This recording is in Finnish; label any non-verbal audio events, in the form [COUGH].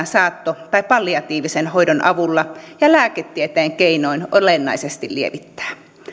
[UNINTELLIGIBLE] saatto tai palliatiivisen hoidon avulla ja lääketieteen keinoin olennaisesti lievittää